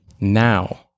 now